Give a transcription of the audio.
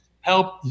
help